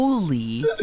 Holy